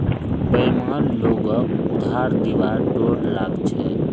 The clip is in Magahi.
बेईमान लोगक उधार दिबार डोर लाग छ